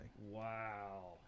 Wow